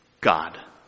God